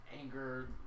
anger